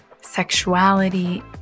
sexuality